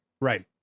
right